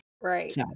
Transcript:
right